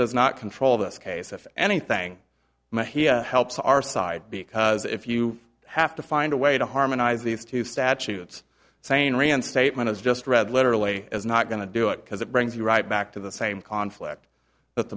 does not control this case if anything helps our side because if you have to find a way to harmonize these two statutes saying reinstatement is just read literally is not going to do it because it brings you right back to the same conflict that